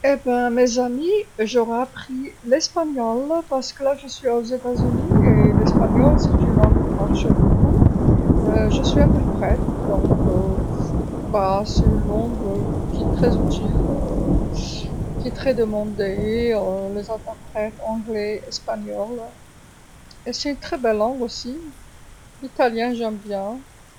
حسنًا يا أصدقائي، كنت سأتعلم اللغه الإسبانيه لأنني في الولايات المتحده واللغه الإسبانيه تعمل كثيرًا، أنا مترجم فوري، حسنًا، إنها طويلة ومفيده للغايه، وهناك طلب كبير عليها، مترجمون فوريون للغه الإنجليزيه، إنها لغه جميله جدًا أيضًا، أنا أحب الإيطاليه.